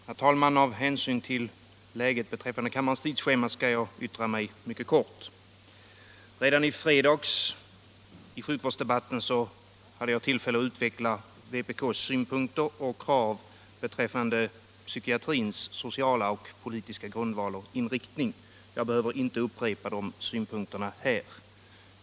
Herr talman! Av hänsyn till läget beträffande kammarens tidsschema skall jag yttra mig mycket kort. Redan i sjukvårdsdebatten i fredags hade jag tillfälle att utveckla vpk:s synpunkter och krav beträffande psykiatrins sociala och politiska grundval och inriktning. Jag behöver inte upprepa de synpunkterna här.